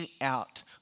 out